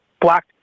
black